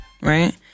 right